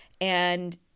And-